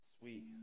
Sweet